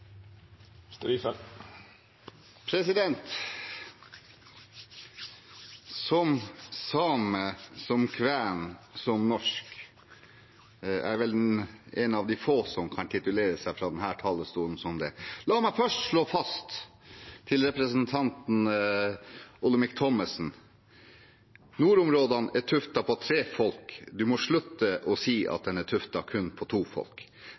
Som same, som kven, som norsk – jeg er vel en av de få som kan titulere seg som det fra denne talerstolen. La meg først slå fast, til representanten Olemic Thommessen: Nordområdene er tuftet på tre folk. Man må slutte å si at de er tuftet kun på to folk.